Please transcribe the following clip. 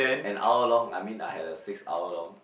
an hour long I mean I had a six hour long